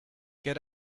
get